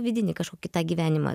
vidinį kažkokį tą gyvenimą